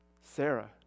Sarah